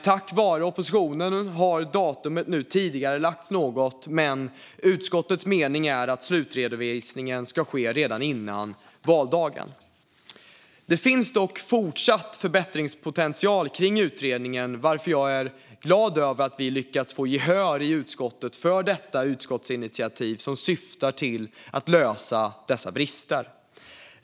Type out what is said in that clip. Tack vare oppositionen har datumet nu tidigarelagts något, men utskottets mening är att slutredovisningen ska ske redan före valdagen. Det finns dock fortsatt förbättringspotential kring utredningen, varför jag är glad över att vi lyckats få gehör i utskottet för detta utskottsinitiativ, som syftar till att åtgärda dessa brister.